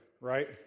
right